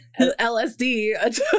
LSD